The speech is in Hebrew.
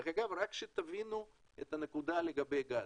אגב, רק שתבינו את הנקודה לגבי גז,